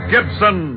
Gibson